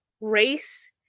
race